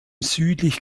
südlich